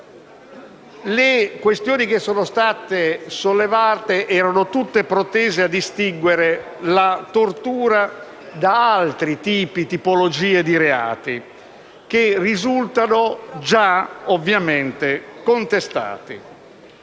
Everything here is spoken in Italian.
Le questioni sollevate erano tutte protese a distinguere la tortura da altre tipologie di reati che risultano già contestati,